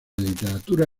literatura